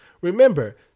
Remember